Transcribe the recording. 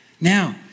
Now